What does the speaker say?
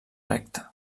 recte